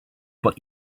but